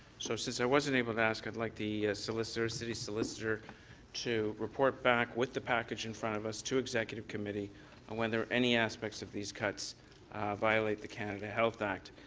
so since i wasn't able to ask i would like the city solicitor to report back with the package in front of us to executive committee on whether any aspects of these cuts violate the canada health act.